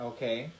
Okay